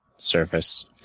Surface